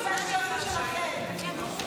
בגלל הקומבינות והשקרים שלכם.